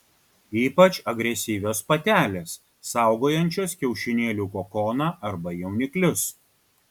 ypač agresyvios patelės saugojančios kiaušinėlių kokoną arba jauniklius